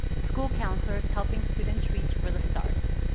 school counselors helping students reach for the stars,